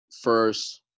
first